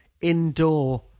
indoor